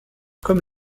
comme